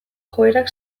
joerak